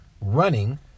running